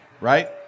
right